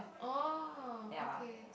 oh okay